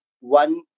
one